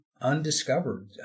undiscovered